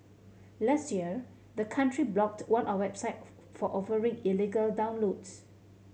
last year the country blocked one a website for offering illegal downloads